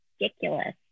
ridiculous